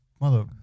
Mother